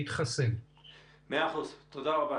להתחסן ולמעשה הם יכולים להזמין לעצמם תור לחיסון,